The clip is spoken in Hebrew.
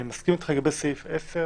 אני מסכים איתך לגבי סעיף 10,